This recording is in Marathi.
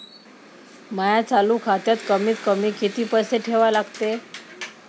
माया चालू खात्यात कमीत कमी किती पैसे ठेवा लागते?